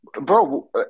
Bro